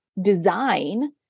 design